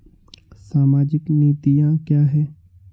सामाजिक नीतियाँ क्या हैं?